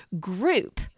group